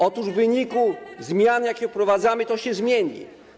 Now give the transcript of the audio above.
Otóż w wyniku zmian, jakie wprowadzamy, to się zmieni.